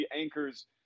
anchors